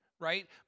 Right